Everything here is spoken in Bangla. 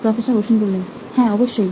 প্রফেসর অশ্বিন হ্যাঁ অবশ্যই